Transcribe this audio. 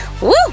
Woo